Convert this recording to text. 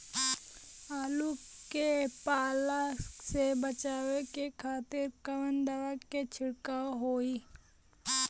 आलू के पाला से बचावे के खातिर कवन दवा के छिड़काव होई?